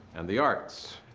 and the arts.